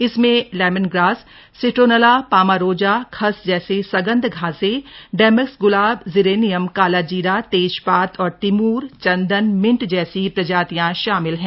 इसमें lemongrass citronella palmarosa खस जैसे सगन्ध घासें डेमस्क ग्लाब जिरेनियम कालाजीरा तेजपात और तिमूर चन्दन मिन्ट जैसी प्रजातियां शामिल हैं